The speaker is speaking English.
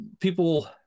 people